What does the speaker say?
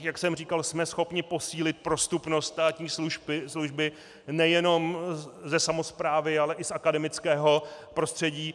Jak jsem říkal, jsme schopni posílit prostupnost státní služby nejenom ze samosprávy, ale i z akademického prostředí.